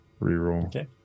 reroll